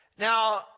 Now